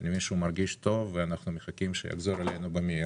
אני מבין שהוא מרגיש טוב ואנחנו מחכים שיחזור אלינו במהרה.